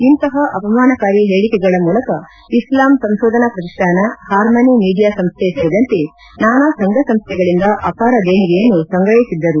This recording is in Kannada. ಇಂತಹ ಅಪಮಾನಕಾರಿ ಹೇಳಿಕೆಗಳ ಮೂಲಕ ಇಸ್ಲಾಮ್ ಸಂಶೋಧನಾ ಪ್ರತಿಷ್ಠಾನ ಹಾರ್ಮನಿ ಮೀಡಿಯಾ ಸಂಶ್ಹೆ ಸೇರಿದಂತೆ ನಾನಾ ಸಂಘಸಂಸ್ಥೆಗಳಿಂದ ಅಪಾರ ದೇಣಿಗೆಯನ್ನು ಸಂಗ್ರಹಿಸಿದ್ದರು